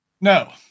No